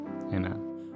Amen